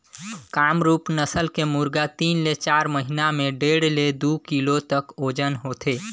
कामरूप नसल के मुरगा तीन ले चार महिना में डेढ़ ले दू किलो तक ओजन होथे